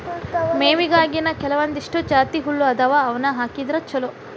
ಮೇವಿಗಾಗಿನೇ ಕೆಲವಂದಿಷ್ಟು ಜಾತಿಹುಲ್ಲ ಅದಾವ ಅವ್ನಾ ಹಾಕಿದ್ರ ಚಲೋ